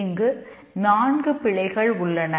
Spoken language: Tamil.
இங்கு நான்கு பிழைகள் உள்ளன